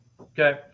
Okay